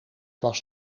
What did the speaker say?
was